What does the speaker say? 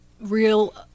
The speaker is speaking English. real